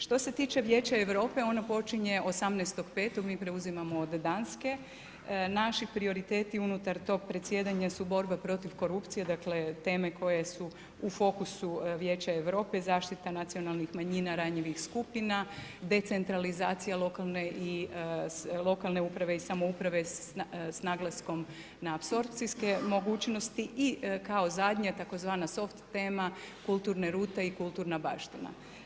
Što se tiče Vijeća Europe, ono počinje 18.5., mi preuzimamo od Danske, naši prioriteti unutar tog predsjedanja su borba protiv korupcije, dakle teme koje su u fokusu Vijeća Europe, zaštita nacionalnih manjina ranjivih skupina, decentralizacija lokalne uprave i samouprave s naglaskom na apsorcijske mogućnosti i kao zadnje, tzv. soft tema kulturne rute i kulturna baština.